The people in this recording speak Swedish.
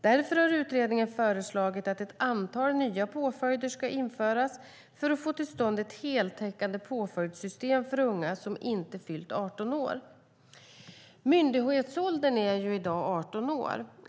Därför har utredningen föreslagit att ett antal nya påföljder ska införas för att få till stånd ett heltäckande påföljdssystem för unga som inte fyllt 18 år. Myndighetsåldern är ju i dag 18 år.